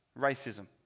racism